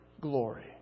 glory